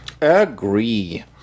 Agree